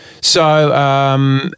So-